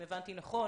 אם הבנתי נכון